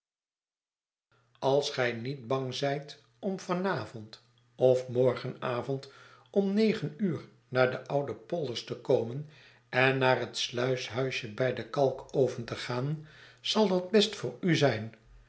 als gij niet bang zijt om van avond of morgenavond om negen uur naar de oude polders te komen en naar het sluishuisje bij den kalkoven te gaan zal dat best voor u zijn